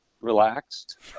relaxed